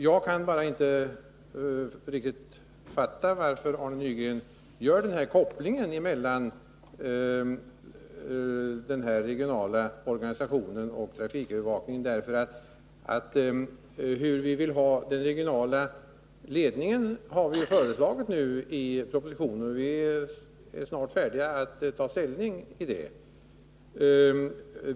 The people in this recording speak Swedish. Jag kan inte riktigt förstå varför Arne Nygren gör denna koppling mellan den regionala organisationen och trafikövervakningen. Regeringen har ju i propositionen lagt fram förslag om hur den vill ha den regionala ledningen, och vi är snart färdiga att ta ställning till detta förslag.